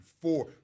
four